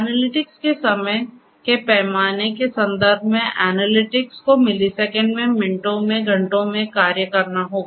analytics के समय के पैमाने के संदर्भ में एनालिटिक्स को मिलीसेकंड में मिनटों में घंटों में कार्य करना होगा